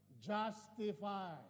Justify